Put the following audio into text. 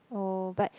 oh but